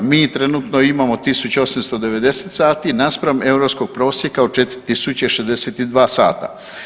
Mi trenutno imamo 1890 sati naspram europskog prosjeka od 4062 sata.